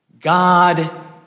God